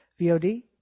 VOD